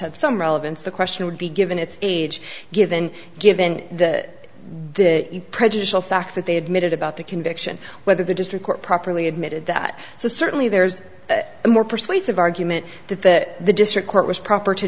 have some relevance the question would be given its age given given that the prejudicial fact that they admitted about the conviction whether the district court properly admitted that so certainly there's more persuasive argument that that the district court was proper to